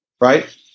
Right